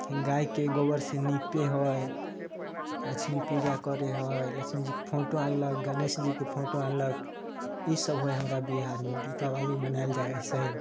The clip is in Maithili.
गायके गोबर से निपे है लक्ष्मी पूजा करै है लक्ष्मी जीके फोटो अनलक गणेश जीके फोटो अनलक ईसब होइ है हमरा बिहारमे दीपावली मनायल जाइ है एहसे ही